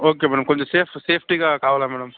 okay madam కొంచెం safes సేఫ్టీగా కావాలి మ్యాడమ్